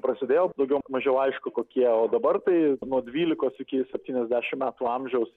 prasidėjo daugiau mažiau aišku kokie o dabar tai nuo dvylikos iki septyniasdešim metų amžiaus